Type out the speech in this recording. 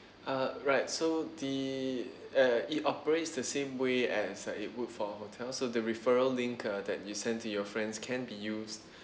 uh right so the uh it operates the same way as uh it would for hotel so the referral link that uh you send to your friends can be used